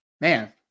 Man